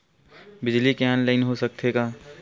बिजली के ऑनलाइन हो सकथे का?